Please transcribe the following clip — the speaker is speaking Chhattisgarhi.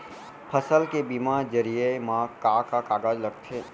फसल के बीमा जरिए मा का का कागज लगथे?